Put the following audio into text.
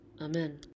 Amen